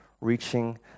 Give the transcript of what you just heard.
reaching